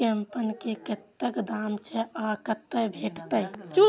कम्पेन के कतेक दाम छै आ कतय भेटत?